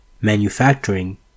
manufacturing